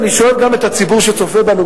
אני שואל גם את הציבור שצופה בנו,